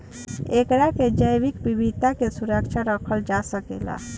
एकरा से जैविक विविधता के सुरक्षित रखल जा सकेला